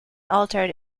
altered